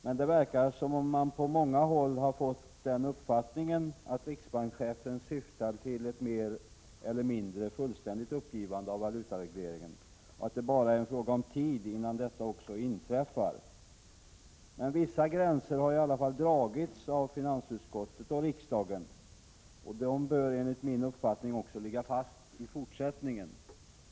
Men det verkar som om man på många håll har fått den uppfattningen att riksbankschefen syftar till ett mer eller mindre fullständigt uppgivande av valutaregleringen och att det bara är en fråga om tid innan detta också inträffar. Vissa gränser har dock i alla fall dragits upp av finansutskottet och riksdagen. Enligt min uppfattning bör dessa också ligga fast i fortsättningen.